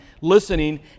listening